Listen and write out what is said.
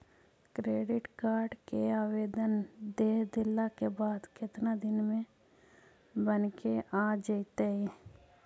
Credit card के आवेदन दे देला के बाद केतना दिन में बनके आ जइतै?